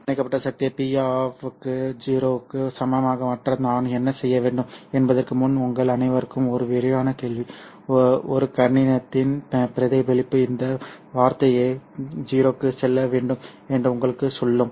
கவனிக்கப்பட்ட சக்தியை P க்கு சமமாக மாற்ற நான் என்ன செய்ய வேண்டும் என்பதற்கு முன் உங்கள் அனைவருக்கும் ஒரு விரைவான கேள்வி ஒரு கணத்தின் பிரதிபலிப்பு இந்த வார்த்தையை 0 க்கு செல்ல வேண்டும் என்று உங்களுக்குச் சொல்லும்